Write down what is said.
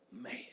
Man